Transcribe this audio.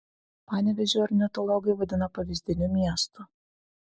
panevėžį ornitologai vadina pavyzdiniu miestu